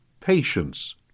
patience